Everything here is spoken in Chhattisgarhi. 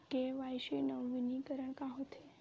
के.वाई.सी नवीनीकरण का होथे?